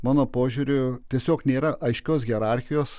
mano požiūriu tiesiog nėra aiškios hierarchijos